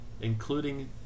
including